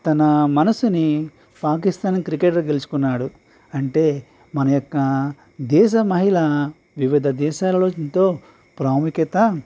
తన మనసుని పాకిస్తాన్ క్రికెటర్ గెలుచుకున్నాడు అంటే మన యొక్క దేశ మహిళ వివిధ దేశాలతో ప్రాముఖ్యత